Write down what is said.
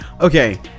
Okay